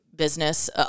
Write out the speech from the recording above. business